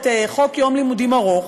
את חוק יום לימודים ארוך,